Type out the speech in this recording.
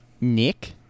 Nick